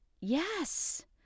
yes